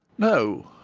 no,